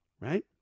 Right